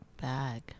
bag